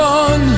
on